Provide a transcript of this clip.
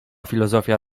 filozofia